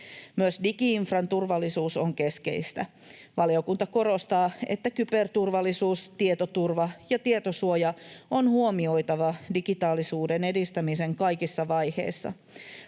Myös digi-infran turvallisuus on keskeistä. Valiokunta korostaa, että kyberturvallisuus, tietoturva ja tietosuoja on huomioitava digitaalisuuden edistämisen kaikissa vaiheissa.